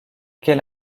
quelle